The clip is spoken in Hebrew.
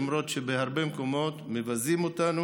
למרות שבהרבה מקומות מבזים אותנו